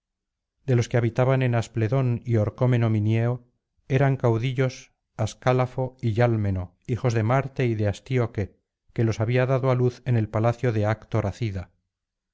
de los que habitaban en aspledón y orcómeno minieo eran caudillos ascálafo y yálmeno hijos de marte y de astíoque que los había dado á luz en el palacio de actor